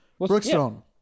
Brookstone